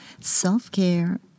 Self-care